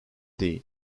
değil